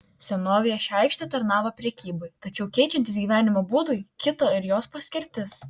senovėje ši aikštė tarnavo prekybai tačiau keičiantis gyvenimo būdui kito ir jos paskirtis